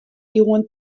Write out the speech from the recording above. iuwen